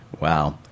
Wow